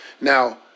now